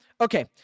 Okay